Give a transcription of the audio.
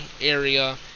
area